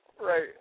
Right